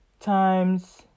times